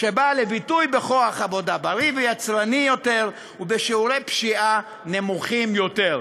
שבא לביטוי בכוח עבודה בריא ויצרני יותר ובשיעורי פשיעה נמוכים יותר".